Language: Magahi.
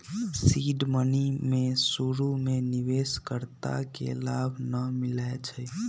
सीड मनी में शुरु में निवेश कर्ता के लाभ न मिलै छइ